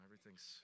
Everything's